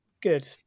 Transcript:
good